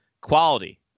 quality